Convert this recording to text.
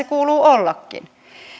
kuuluu ollakin